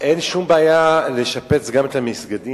אין שום בעיה לשפץ גם את המסגדים,